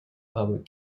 public